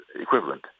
equivalent